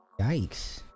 Yikes